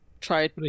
try